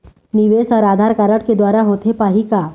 निवेश हर आधार कारड के द्वारा होथे पाही का?